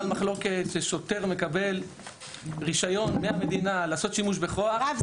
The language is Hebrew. מחלוקת ששוטר מקבל רישיון מהמדינה לעשות שימוש בכוח -- מירב,